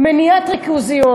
מניעת ריכוזיות.